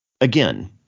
Again